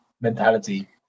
mentality